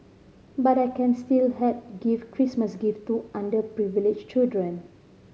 but I can still help give Christmas gift to underprivileged children